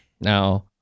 Now